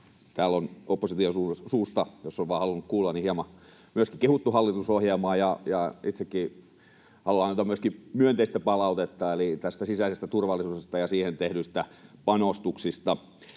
Täällä on opposition suusta, jos on vain halunnut kuulla, hieman myöskin kehuttu hallitusohjelmaa. Itsekin haluan myöskin antaa myönteistä palautetta sisäisestä turvallisuudesta ja siihen tehdyistä panostuksista.